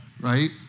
Right